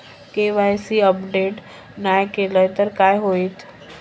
KYC update नाय केलय तर काय होईत?